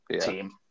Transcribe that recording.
team